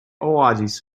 oasis